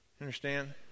understand